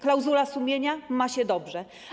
Klauzula sumienia ma się dobrze.